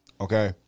Okay